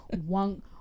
one